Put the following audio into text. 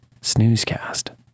snoozecast